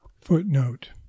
Footnote